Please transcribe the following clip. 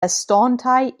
estontaj